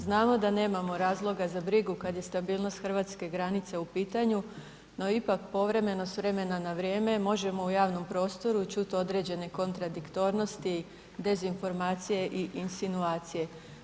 Znamo da nemamo razloga za brigu kada je stabilnost hrvatske granice u pitanju, no ipak povremeno s vremena na vrijeme možemo u javnom prostoru čuti određene kontradiktornosti, dezinformacije i insinuacije.